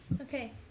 Okay